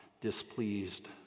displeased